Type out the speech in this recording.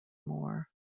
more